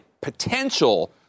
potential